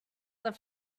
that